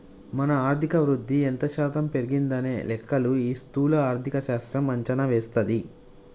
మన ఆర్థిక వృద్ధి ఎంత శాతం పెరిగిందనే లెక్కలు ఈ స్థూల ఆర్థిక శాస్త్రం అంచనా వేస్తది